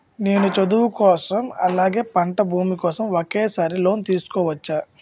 నేను చదువు కోసం అలాగే పంట భూమి కోసం ఒకేసారి లోన్ తీసుకోవచ్చా?